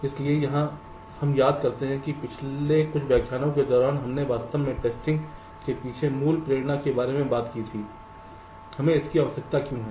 इसलिए हम याद करते हैं कि पिछले कुछ व्याख्यानों के दौरान हमने वास्तव में टेस्टिंग के पीछे मूल प्रेरणा के बारे में बात की थी हमें इसकी आवश्यकता क्यों है